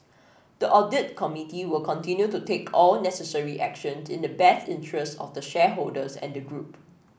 the audit committee will continue to take all necessary actions in the best interests of the shareholders and the group